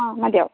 ആ മതിയാവും